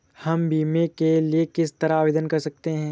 हम बीमे के लिए किस तरह आवेदन कर सकते हैं?